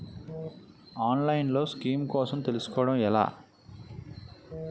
ఆన్లైన్లో స్కీమ్స్ కోసం తెలుసుకోవడం ఎలా?